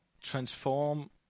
transform